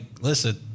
Listen